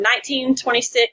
1926